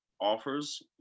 offers